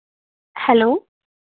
hello